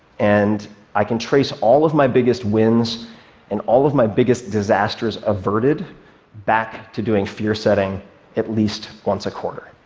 and i can trace all of my biggest wins and all of my biggest disasters averted back to doing fear-setting at least once a quarter.